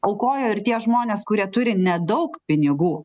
aukojo ir tie žmonės kurie turi nedaug pinigų